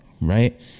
right